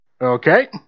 Okay